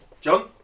John